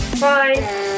bye